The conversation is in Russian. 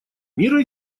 мира